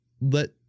let